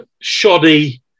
shoddy